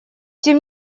тем